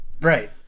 Right